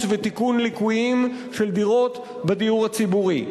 ותיקון ליקויים של דירות בדיור הציבורי?